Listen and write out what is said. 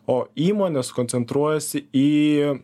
o įmonės koncentruojasi į